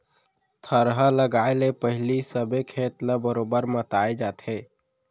थरहा लगाए ले पहिली सबे खेत ल बरोबर मताए जाथे